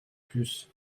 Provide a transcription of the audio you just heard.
plus